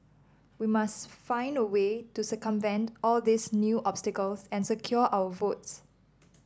we must find a way to circumvent all these new obstacles and secure our votes